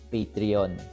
Patreon